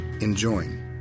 enjoin